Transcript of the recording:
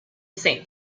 saint